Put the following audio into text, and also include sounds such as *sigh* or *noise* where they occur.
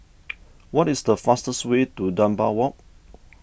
*noise* what is the fastest way to Dunbar Walk